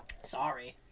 sorry